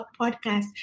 podcast